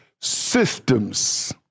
systems